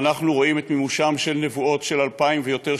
ואנחנו רואים את מימושם של נבואות של אלפיים שנים ויותר,